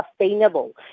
sustainable